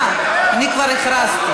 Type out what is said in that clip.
הצבענו על חוק אחר.